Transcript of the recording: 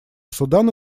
судана